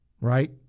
right